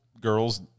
girls